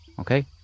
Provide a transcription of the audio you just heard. Okay